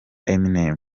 eminem